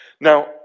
Now